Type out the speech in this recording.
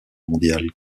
mondiale